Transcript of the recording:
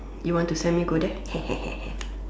you want to send me go there